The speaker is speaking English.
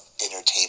entertainment